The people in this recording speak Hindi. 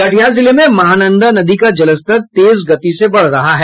कटिहार जिले में महानंदा नदी का जलस्तर तेज गति से बढ़ रहा है